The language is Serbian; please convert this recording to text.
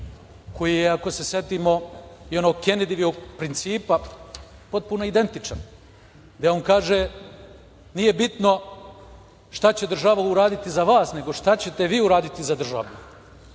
koji je, ako se setimo i onog Kenedijevog principa, potpuno identičan, gde on kaže – nije bitno šta će država uraditi za vas, nego šta ćete vi uraditi za državu,